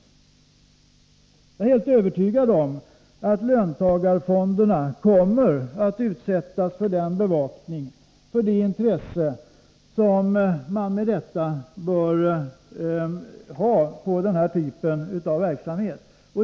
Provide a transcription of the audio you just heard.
Jag är helt övertygad om att löntagarfonderna kommer att utsättas för den bevakning, det intresse, som bör tillkomma den här typen av verksamhet.